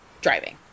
driving